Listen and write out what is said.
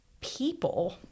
people